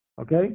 Okay